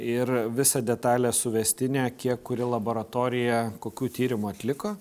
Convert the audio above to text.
ir visą detalią suvestinę kiek kuri laboratorija kokių tyrimų atliko